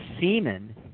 semen